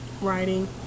writing